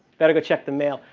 better go check the mail.